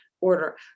order